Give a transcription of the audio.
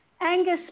Angus